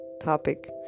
topic